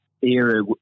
era